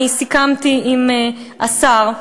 אני סיכמתי עם השר,